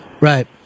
Right